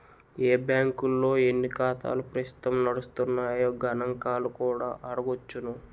ఏ బాంకుల్లో ఎన్ని ఖాతాలు ప్రస్తుతం నడుస్తున్నాయో గణంకాలు కూడా అడగొచ్చును